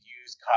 use